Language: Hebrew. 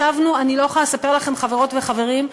ישבנו, אני לא יכולה לספר לכם, חברות וחברים,